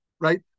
right